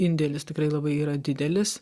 indėlis tikrai labai yra didelis